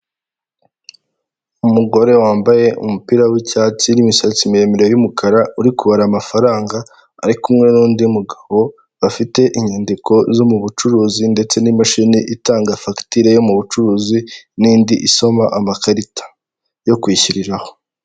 Umugore wambaye umupira w'icyatsi n'imisatsi miremire y'umukara uri kubara amafaranga, ari kumwe n'undi mugabo, bafite inyandiko zo mu bucuruzi ndetse n'imashini itanga fagitire yo mu bucuruzi, n'indi isoma amakarita yo kwishyuriraho.